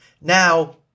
Now